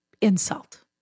insult